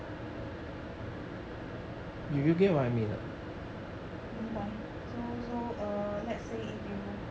明白 so so err let's say if you